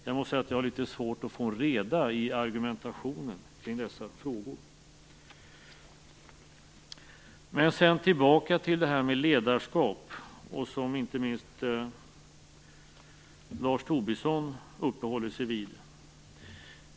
Jag måste säga att jag har litet svårt att få reda i argumentationen kring dessa frågor. Jag vill gå tillbaka till frågan om ledarskap som inte minst Lars Tobisson uppehåller sig vid.